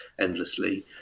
endlessly